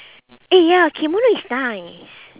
eh ya kimono is nice